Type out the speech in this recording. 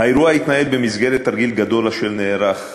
האירוע התנהל במסגרת תרגיל גדול אשר נערך בקמ"ג,